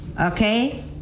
okay